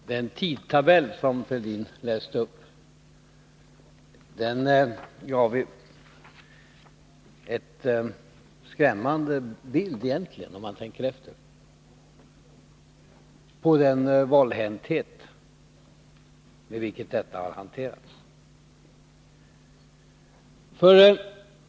Fru talman! Den tidtabell som Thorbjörn Fälldin läste upp gav egentligen — om man tänker efter — en skrämmande bild av den valhänthet med vilken detta har hanterats.